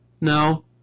No